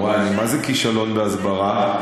וואי, אני מזהה כישלון בהסברה.